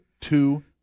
two